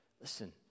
listen